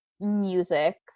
music